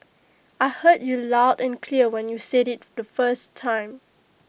I heard you loud and clear when you said IT the first time